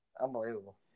Unbelievable